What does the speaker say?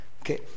Okay